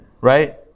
right